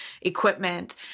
equipment